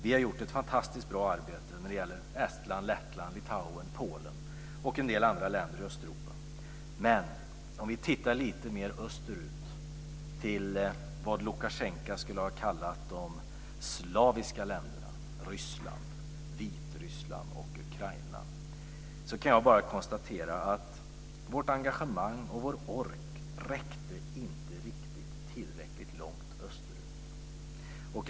Vi har gjort ett fantastiskt bra arbete när det gäller Estland, Lettland, Litauen, Polen och en del andra länder i Östeuropa. Men om vi tittar lite grann österut, till vad Lukasjenko skulle kalla de slaviska länderna - Ryssland, Vitryssland och Ukraina - kan jag bara konstatera att vårt engagemang och vår ork inte riktigt räckte tillräckligt långt österut.